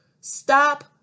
Stop